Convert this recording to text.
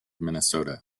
minnesota